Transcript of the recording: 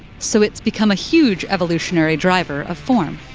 so it's become a huge evolutionary driver of form.